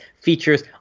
features